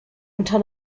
unter